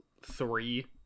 three